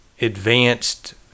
advanced